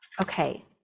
okay